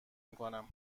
میکنم